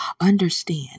Understand